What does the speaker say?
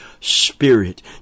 Spirit